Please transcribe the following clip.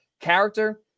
character